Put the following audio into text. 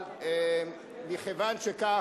אבל מכיוון שכך,